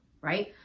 right